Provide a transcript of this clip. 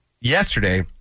yesterday